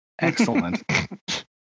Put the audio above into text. Excellent